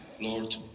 Lord